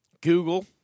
Google